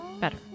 better